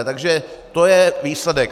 Takže to je výsledek.